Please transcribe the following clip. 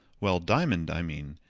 well, diamond i mean.